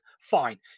fine